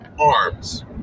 arms